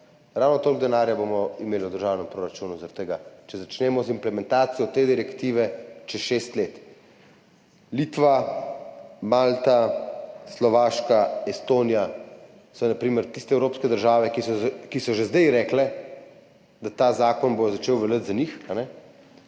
Ravno toliko denarja bomo imeli v državnem proračunu zaradi tega, če začnemo z implementacijo te direktive čez šest let. Litva, Malta, Slovaška, Estonija so na primer tiste evropske države, ki so že zdaj rekle, da bo ta zakon začel veljati za njih